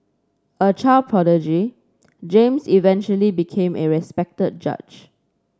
a child prodigy James eventually became a respected judge